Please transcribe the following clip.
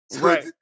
Right